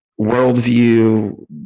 worldview